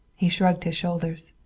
he shrugged his shoulders.